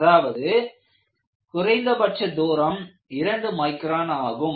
அதாவது குறைந்தபட்ச தூரம் இரண்டு மைக்ரான் ஆகும்